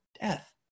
death